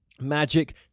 magic